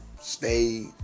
Stay